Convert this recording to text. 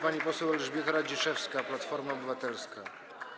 Pani poseł Elżbieta Radziszewska, Platforma Obywatelska.